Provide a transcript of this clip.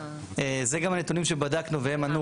זה גם הנתונים שבדקנו והם ענו,